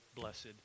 blessed